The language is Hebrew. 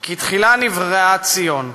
כי "ציון נבראה תחילה,